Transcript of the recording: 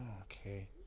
Okay